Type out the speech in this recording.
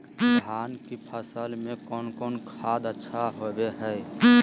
धान की फ़सल में कौन कौन खाद अच्छा होबो हाय?